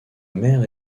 maire